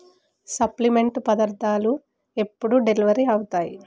supplement పదార్ధాలు ఎప్పుడు delivery అవుతాయి